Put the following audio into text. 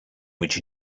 which